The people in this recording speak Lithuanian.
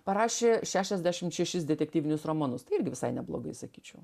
parašė šešiasdešimt šešis detektyvinius romanus tai irgi visai neblogai sakyčiau